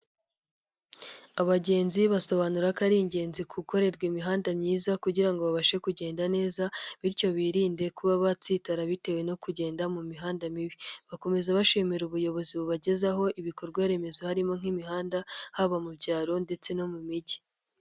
Abagenzi basobanura ko ari ingenzi gukorerwa imihanda myiza kugira ngo babashe kugenda neza bityo biririnde kuba batsitara bitewe no kugenda mu mihanda mibi, bakomeza bashimira ubuyobozi bubagezaho ibikorwa remezo harimo nk'imihanda haba mu byaro ndetse no mu mijyi.